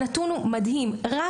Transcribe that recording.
רק